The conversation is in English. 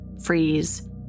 freeze